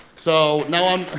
so now i'm.